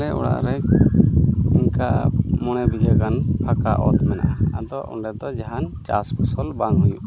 ᱟᱞᱮ ᱚᱲᱟᱜᱨᱮ ᱮᱱᱠᱟ ᱢᱚᱬᱮ ᱵᱤᱜᱷᱟᱹ ᱜᱟᱱ ᱦᱟᱥᱟ ᱚᱛ ᱢᱮᱱᱟᱜᱼᱟ ᱟᱫᱚ ᱚᱸᱰᱮᱫᱚ ᱡᱟᱦᱟᱱ ᱪᱟᱥ ᱯᱷᱚᱥᱚᱞ ᱵᱟᱝ ᱦᱩᱭᱩᱜ ᱠᱟᱱᱟ